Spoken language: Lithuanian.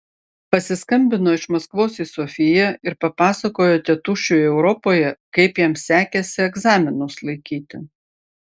pasiskambino iš maskvos į sofiją ir papasakojo tėtušiui europoje kaip jam sekėsi egzaminus laikyti